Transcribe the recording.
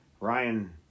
Ryan